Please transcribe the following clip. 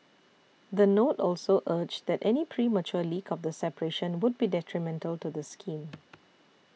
the note also urged that any premature leak of the separation would be detrimental to the scheme